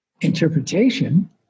interpretation